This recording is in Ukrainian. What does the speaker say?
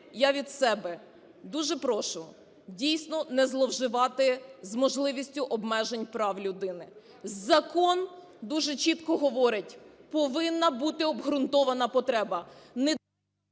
я від себе дуже прошу дійсно не зловживати з можливістю обмежень прав людини. Закон дуже чітко говорить: повинна бути обґрунтована потреба…